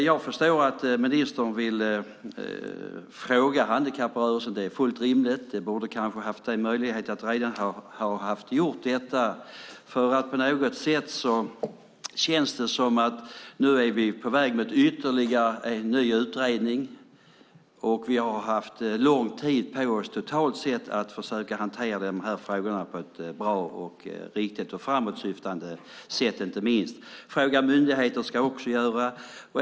Jag förstår att ministern vill fråga handikapprörelsen. Det är fullt rimligt, och de borde kanske redan ha fått möjligheten att svara. På något sätt känns det som att vi nu är på väg mot ytterligare en ny utredning, och vi har haft lång tid på oss totalt sett att försöka hantera de här frågorna på ett bra, riktigt och inte minst framåtsyftande sätt. Fråga myndigheter ska man också göra.